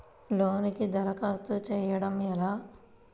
లోనుకి దరఖాస్తు చేయడము ఎలా?